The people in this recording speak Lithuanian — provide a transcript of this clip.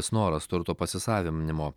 snoras turto pasisavinimo